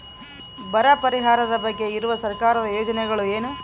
ಬರ ಪರಿಹಾರದ ಬಗ್ಗೆ ಇರುವ ಸರ್ಕಾರದ ಯೋಜನೆಗಳು ಏನು?